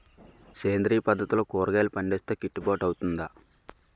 సేంద్రీయ పద్దతిలో కూరగాయలు పండిస్తే కిట్టుబాటు అవుతుందా?